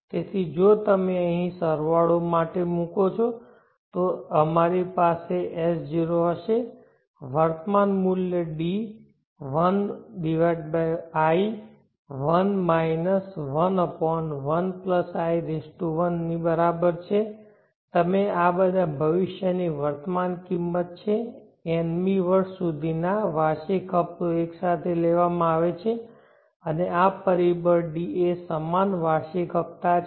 તેથી જો તમે અહીં સરવાળો માટે મુકો છો તો અમારી પાસે S0 હશે વર્તમાન મૂલ્ય D1i1 11i1ની બરાબર છે અને આ બધા ભવિષ્યની વર્તમાન કિંમત છે n મી વર્ષ સુધીના વાર્ષિક હપતો એક સાથે લેવામાં આવે છે અને આ પરિબળ D એ સમાન વાર્ષિક હપતા છે